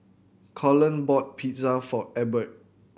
Cullen bought Pizza for Ebert